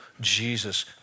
Jesus